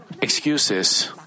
excuses